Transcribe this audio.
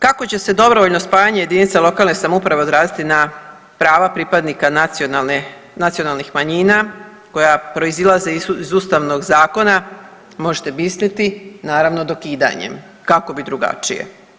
Kako će se dobrovoljno spajanje jedinica lokalne samouprave odraziti na prava pripadnika nacionalne, nacionalnih manjina koja proizlaze iz ustavnog zakona možete misliti, naravno dokidanjem, kako bi drugačije.